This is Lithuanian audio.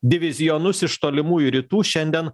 divizionus iš tolimųjų rytų šiandien